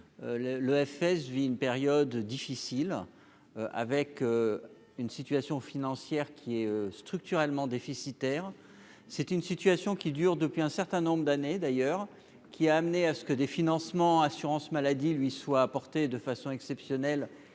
le FSE vit une période difficile avec une situation financière qui est structurellement déficitaire, c'est une situation qui dure depuis un certain nombre d'années d'ailleurs qui a amené à ce que des financements assurance maladie lui soit apportée de façon exceptionnelle,